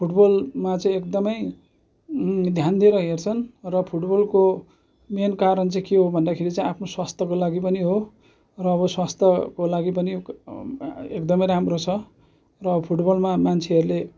फुटबलमा चाहिँ एकदमै ध्यान दिएर हेर्छन् र फुटबलको मेन कारण चाहिँ के हो भन्दाखेरि चाहिँ आफ्नो स्वास्थ्यको लागि पनि हो र अब स्वास्थ्यको लागि पनि एकदमै राम्रो छ र फुटबलमा मान्छेहरूले